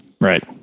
right